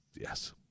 Yes